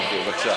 אוקיי, בבקשה.